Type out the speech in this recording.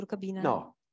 No